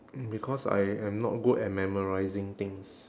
mm because I am not good at memorising things